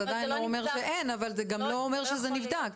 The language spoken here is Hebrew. זה עדיין לא אומר שאין לנו דילמה אבל זה גם לא אומר שזה נבדק.